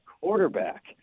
quarterback